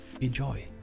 enjoy